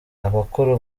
abakora